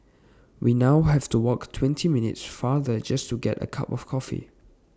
we now have to walk twenty minutes farther just to get A cup of coffee